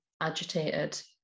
agitated